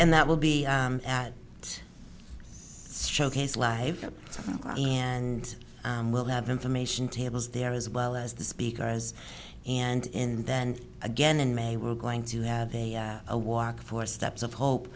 and that will be out showcase live and we'll have information tables there as well as the speakers and in then again in may we're going to have a walk for steps of hope